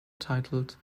titled